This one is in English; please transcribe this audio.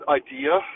idea